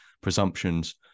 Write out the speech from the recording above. presumptions